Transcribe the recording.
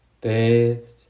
bathed